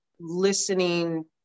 listening